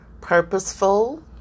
purposeful